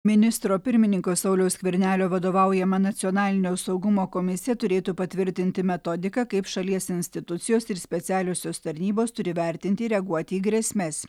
ministro pirmininko sauliaus skvernelio vadovaujama nacionalinio saugumo komisija turėtų patvirtinti metodiką kaip šalies institucijos ir specialiosios tarnybos turi vertinti ir reaguoti į grėsmes